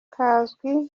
kazwi